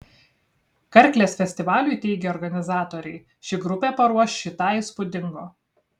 karklės festivaliui teigia organizatoriai ši grupė paruoš šį tą įspūdingo